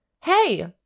Hey